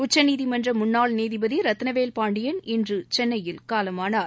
உச்சநீதிமன்ற முன்னாள் நீதிபதி ரத்தினவேல் பாண்டியன் இன்று சென்னையில் காலமானார்